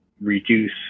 reduce